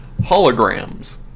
holograms